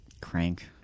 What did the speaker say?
Crank